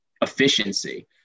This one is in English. efficiency